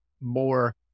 more